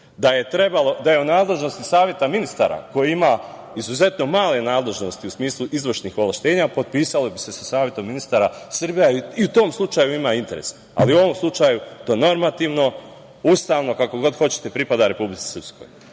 Da je u nadležnosti Saveta ministara, koji ima izuzetno male nadležnosti, u smislu izvršnih ovlašćenja, potpisalo bi se sa Savetom ministara i u tom slučaju Srbija ima interesa, ali u ovom slučaju normativno, ustavno, kako god hoćete pripada Republici Srpskoj. Šta